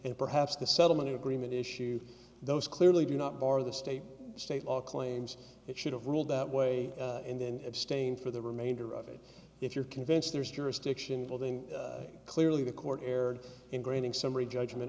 perhaps the settlement agreement issue those clearly do not bar the state state law claims it should have ruled that way and then abstain for the remainder of it if you're convinced there's jurisdiction building clearly the court erred ingraining summary judgment